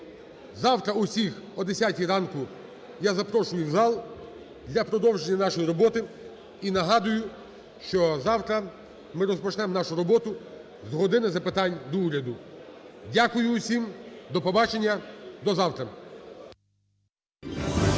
Завтра усіх о 10 ранку я запрошую в зал для продовження нашої роботи. І нагадую, що завтра ми розпочнемо нашу роботу з "години запитань до уряду". Дякую усім. До побачення. До завтра.